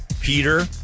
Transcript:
Peter